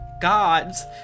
Gods